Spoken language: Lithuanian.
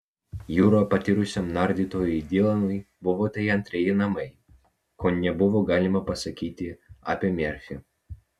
jūra patyrusiam nardytojui dilanui buvo it antrieji namai ko nebuvo galima pasakyti apie merfį